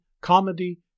comedy